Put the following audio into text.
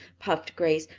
puffed grace.